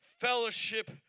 fellowship